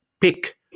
pick